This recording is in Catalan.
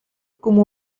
comú